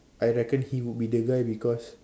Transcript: I reckon he will be the guy because